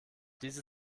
diese